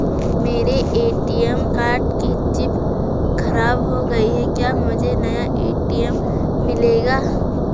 मेरे ATM card की chip खराब हो गयी है क्या मुझे नया ए.टी.एम मिलेगा?